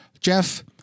Jeff